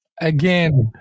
Again